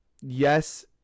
yes